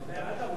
דייר לא משלם,